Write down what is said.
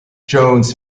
jones